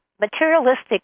materialistic